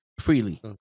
Freely